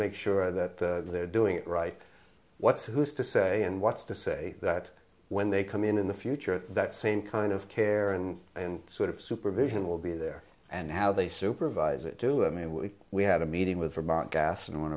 make sure that they're doing it right what's who's to say and what's to say that when they come in in the future that same kind of care and and sort of supervision will be there and how they supervise it do i mean we we had a meeting with from our gas and one